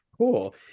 Cool